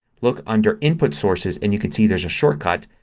look under input sources and you can see there's a shortcut,